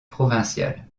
provinciale